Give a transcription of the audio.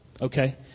Okay